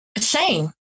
Shame